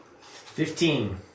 Fifteen